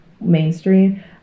mainstream